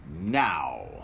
now